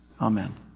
Amen